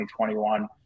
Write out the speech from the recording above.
2021